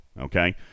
okay